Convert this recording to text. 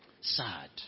sad